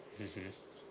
mmhmm